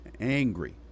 angry